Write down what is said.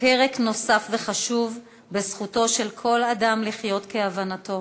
פרק נוסף וחשוב בזכותו של כל אדם לחיות כהבנתו.